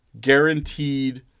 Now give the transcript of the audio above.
guaranteed